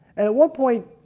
and at one point.